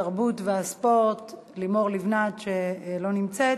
התרבות והספורט לימור לבנת, שלא נמצאת,